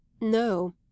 No